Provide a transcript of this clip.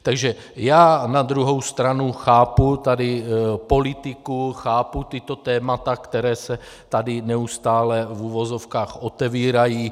Takže já na druhou stranu chápu tady politiku, chápu tato témata, která se tady neustále v uvozovkách otevírají.